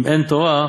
אם אין תורה,